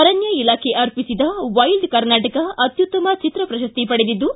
ಅರಣ್ಯ ಇಲಾಖೆ ಅರ್ಪಿಸಿದ ವೈಲ್ಡ್ ಕರ್ನಾಟಕ ಅತ್ಯುತ್ತಮ ಚಿತ್ರ ಪ್ರಶಸ್ತಿ ಪಡೆದಿದ್ದು